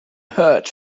hurt